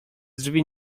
drzwi